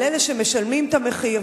על אלה שמשלמים את המחיר,